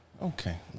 okay